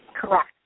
Correct